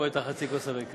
הוא רואה את חצי הכוס הריקה.